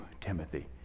Timothy